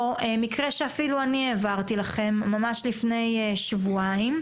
או מקרה שאפילו אני העברתי לכם, ממש לפני שבועיים,